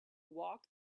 walk